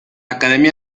academia